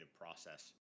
process